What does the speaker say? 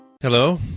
Hello